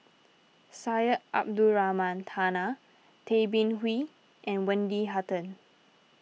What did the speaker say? Syed Abdulrahman Taha Tay Bin Wee and Wendy Hutton